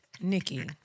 Nikki